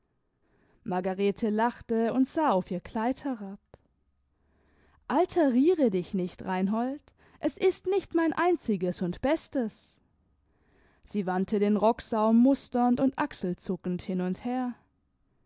margarete lachte und sah auf ihr kleid herab alteriere dich nicht reinhold es ist nicht mein einziges und bestes sie wandte den rocksaum musternd und achselzuckend hin und her